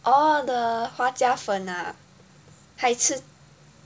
oh the 花椒粉啊海吃